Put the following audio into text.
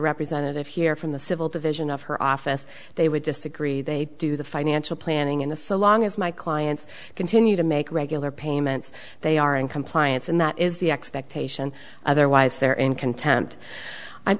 representative here from the civil division of her office they would disagree they do the financial planning and the so long as my clients continue to make regular payments they are in compliance and that is the expectation otherwise they're in conte